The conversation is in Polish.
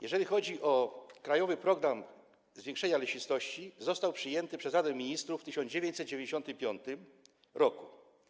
Jeżeli chodzi o „Krajowy program zwiększania lesistości”, to został on przyjęty przez Radę Ministrów w 1995 r.